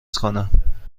کنم